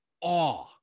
awe